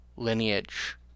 lineage